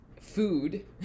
food